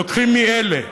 לוקחים מאלה.